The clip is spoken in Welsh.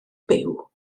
byw